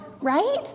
right